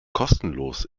kostenlos